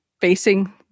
facing